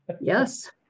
Yes